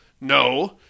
no